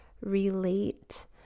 relate